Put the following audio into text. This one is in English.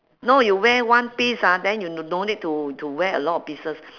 no you wear one piece ah then you don't need to to wear a lot of pieces